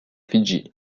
fidji